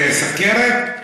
סוכרת?